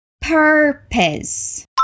Purpose